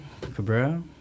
Cabrera